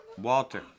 Walter